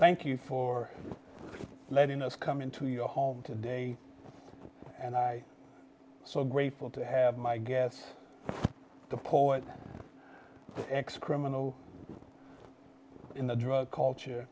thank you for letting us come into your home today and i so grateful to have my guests the poet x criminal in the drug culture